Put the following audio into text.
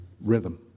rhythm